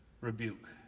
rebuke